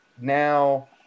now